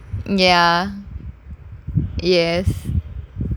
ya yes